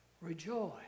Rejoice